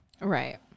Right